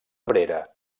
abrera